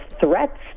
threats